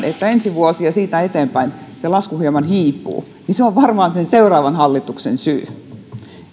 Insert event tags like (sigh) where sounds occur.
(unintelligible) että ensi vuonna ja siitä eteenpäin se kasvu hieman hiipuu niin se on varmaan sen seuraavan hallituksen syy